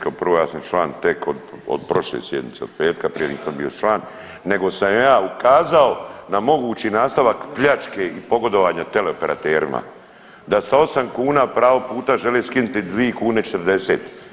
Kao prvo ja sam član tek od prošle sjednice, od petka, prije nisam bio član, nego sam ja ukazao na mogući nastavak pljačke i pogodovanja teleoperaterima, da sa 8 kuna pravo puta žele skinuti dvije kune i 40.